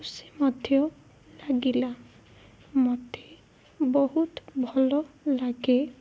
ଖୁସି ମଧ୍ୟ ଲାଗିଲା ମୋତେ ବହୁତ ଭଲ ଲାଗେ